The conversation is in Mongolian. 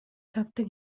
зовдог